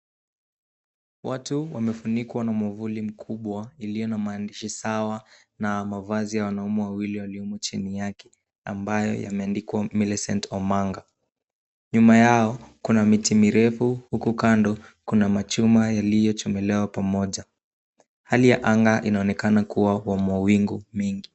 Watu wamefunikwa na mwavuli mkubwa ulio na maandishi sawa na mavazi ya wanaume wawili waliomo chini yake ambayo yameandikwa Millicent Omanga. Nyuma yao, kuna miti mirefu huku kando kuna machuma yaliyochomelewa pamoja. Hali ya anga inaonekana kuwa ya mawingu nyingi.